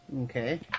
Okay